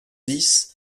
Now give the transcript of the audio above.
dix